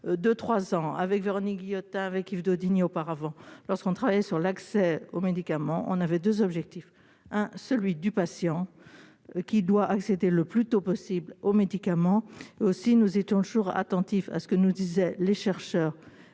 depuis 2 3 ans avec Véronique Guillotin avec Yves Daudigny auparavant lorsqu'on travaille sur l'accès aux médicaments, on avait 2 objectifs, hein, celui du patient qui doit accepter le plus tôt possible aux médicaments aussi nous étions toujours attentif à ce que nous disait les chercheurs